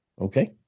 Okay